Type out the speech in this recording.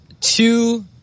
two